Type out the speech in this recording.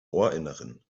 ohrinneren